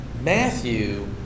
Matthew